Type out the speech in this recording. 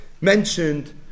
mentioned